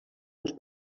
dos